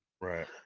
Right